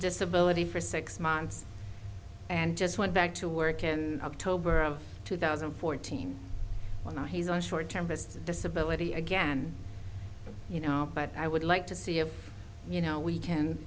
disability for six months and just went back to work and october of two thousand and fourteen when he's on short term his disability again you know but i would like to see if you know we can